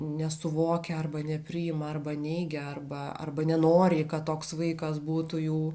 nesuvokia arba nepriima arba neigia arba arba nenori kad toks vaikas būtų jų